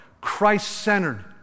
Christ-centered